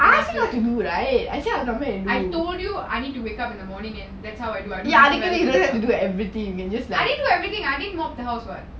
I told you I need to wake up in the morning and that's how do I didn't do everything I didn't mop the house [what]